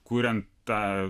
kuriant tą